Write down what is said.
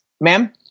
ma'am